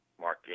Mark